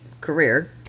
career